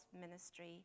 ministry